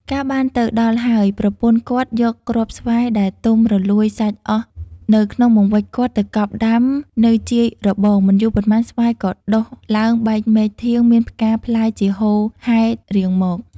កាលបានទៅដល់ហើយ ប្រពន្ធគាត់យកគ្រាប់ស្វាយ ដែលទុំរលួយសាច់អស់នៅក្នុងបង្វេចគាត់ទៅកប់ដាំនៅជាយរបង មិនយូរប៉ុន្មានស្វាយក៏ដុះឡើងបែកមែកធាងមានផ្កា-ផ្លែ ជាហូរហែរៀងមក ។